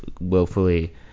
willfully